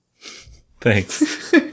Thanks